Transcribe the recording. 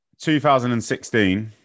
2016